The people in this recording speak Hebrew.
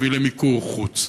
אפשר להביא למיקור חוץ.